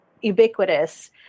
ubiquitous